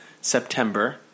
September